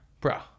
Bro